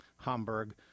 Hamburg